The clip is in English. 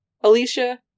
Alicia